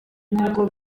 nk’uko